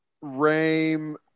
Rame